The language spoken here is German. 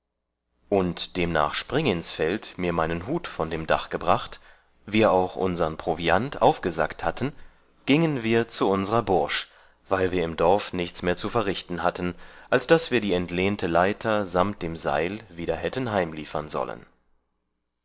und demnach springinsfeld mir meinen hut von dem dach gebracht wir auch unsern proviant aufgesackt hatten giengen wir zu unsrer bursch weil wir im dorf nichts mehr zu verrichten hatten als daß wir die entlehnte laiter samt dem sail wieder hätten heimliefern sollen